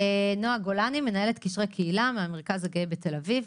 מנהלת קשרי קהילה במרכז הגאה בתל-אביב,